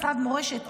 משרד מורשת,